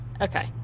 Okay